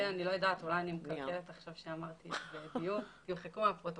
תמחקו מהפרוטוקול.